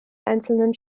einzelnen